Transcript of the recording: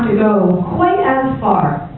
go quite as far.